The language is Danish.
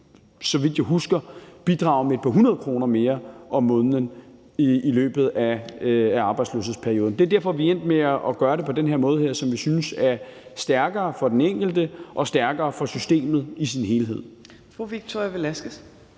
så vidt jeg husker, vil bidrage med et par hundrede kroner mere om måneden i løbet af arbejdsløshedsperioden. Det er derfor, vi er endt med at gøre det på den her måde, som vi synes er stærkere for den enkelte og stærkere for systemet som helhed.